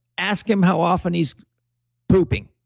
ask him how often he's pooping.